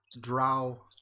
drow